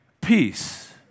peace